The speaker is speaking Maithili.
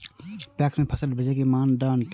पैक्स में फसल बेचे के कि मापदंड छै?